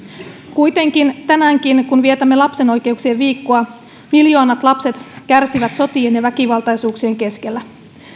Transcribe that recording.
kuitenkin tänäänkin kun vietämme lapsen oikeuksien viikkoa miljoonat lapset kärsivät sotien ja väkivaltaisuuksien keskellä